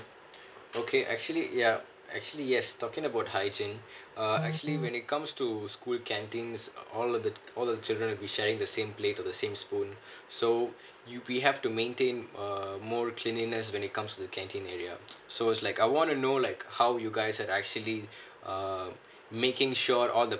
okay actually ya actually yes talking about hygiene uh actually when it comes to school canteen all of the all of the children will be sharing the same plate or the same spoon so you have to maintain err more cleanliness when it comes to canteen area so it's like I want to know like how you guys are actually um making sure all the